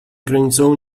granicą